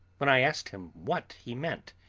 when i asked him what he meant,